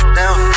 down